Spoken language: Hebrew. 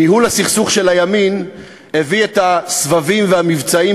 ניהול הסכסוך של הימין הביא את הסבבים ואת המבצעים